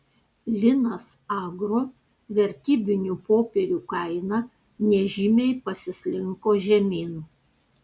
linas agro vertybinių popierių kaina nežymiai pasislinko žemyn